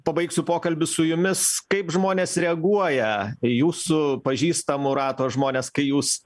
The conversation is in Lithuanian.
pabaigsiu pokalbį su jumis kaip žmonės reaguoja jūsų pažįstamų rato žmonės kai jūs